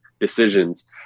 decisions